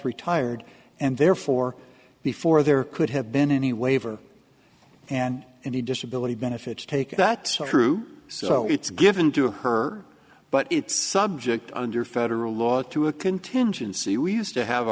retired and therefore before there could have been any waiver and any disability benefits take that true so it's given to her but it's subject under federal law to a contingency we used to have